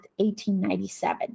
1897